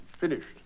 Finished